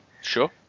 Sure